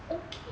okay